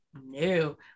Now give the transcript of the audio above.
No